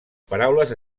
paraules